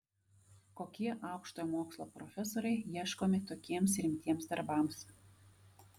kokie aukštojo mokslo profesoriai ieškomi tokiems rimtiems darbams